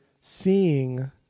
seeing